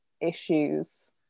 issues